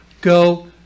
go